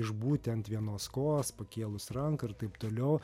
išbūti ant vienos kojos pakėlus ranką ir taip toliau